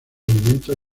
alimentos